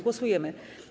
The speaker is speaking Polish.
Głosujemy.